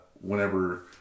whenever